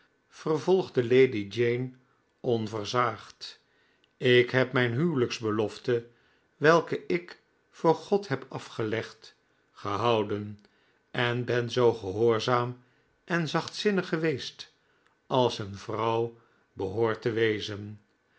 vervolgde lady jane onversaagd ik heb mijn huwelijksbelofte welke ik voor god heb afgelegd gehouden en ben zoo gehoorzaam en zachtzinnig geweest als een vrouw behoort te wezen